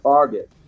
Target